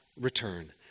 return